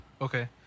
okay